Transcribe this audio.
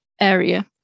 area